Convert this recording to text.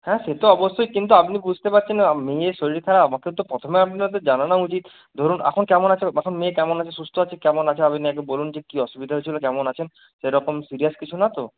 হ্যাঁ সে তো অবশ্যই কিন্তু আপনি বুঝতে পাচ্ছেন না মেয়ের শরীর খারাপ তো প্রথমে আপনাদের জানানো উচিত ধরুন এখন কেমন আছে এখন মেয়ে কেমন আছে সুস্থ আছে কেমন আছে আপনি আগে বলুন ঠিক কী অসুবিধা হয়েছিলো কেমন আছেন সেরকম সিরিয়াস কিছু না তো